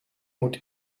moet